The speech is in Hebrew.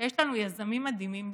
שיש לנו יזמים מדהימים בישראל.